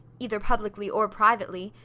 either publicly or privately,